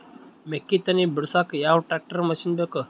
ಮೆಕ್ಕಿ ತನಿ ಬಿಡಸಕ್ ಯಾವ ಟ್ರ್ಯಾಕ್ಟರ್ ಮಶಿನ ಬೇಕು?